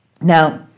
Now